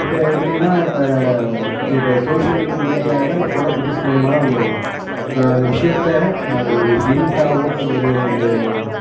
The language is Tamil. இப்போ எப்படினா இப்போ இப்போ சோஷியல் மீடியாவில் ஃபோட்டோகிராஃபிக்ஸ் மூலயமாதா உள்ளே வருது அந்த விஷயத்தை ஒரு ஹின்ட்டாவும் ஒரு ஒரு